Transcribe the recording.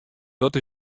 dat